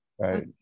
right